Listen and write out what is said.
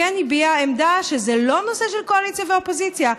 כן הביעה עמדה שזה לא נושא של קואליציה ואופוזיציה,